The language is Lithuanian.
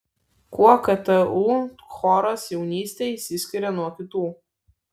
kuo ktu choras jaunystė išsiskiria nuo kitų